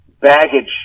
baggage